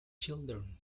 children